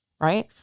Right